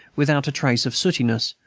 without a trace of sootiness,